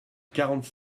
quarante